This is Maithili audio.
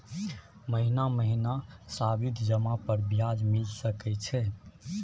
महीना महीना सावधि जमा पर ब्याज मिल सके छै?